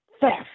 theft